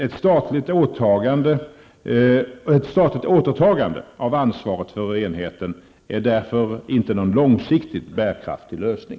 Ett statligt återtagande av ansvaret för enheten är därför inte någon långsiktigt bärkraftig lösning.